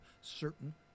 certain